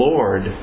Lord